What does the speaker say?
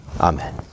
Amen